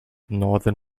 northern